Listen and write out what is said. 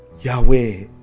Yahweh